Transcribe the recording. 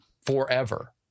forever